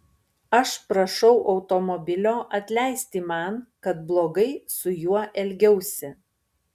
aš prašau automobilio atleisti man kad blogai su juo elgiausi